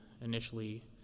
initially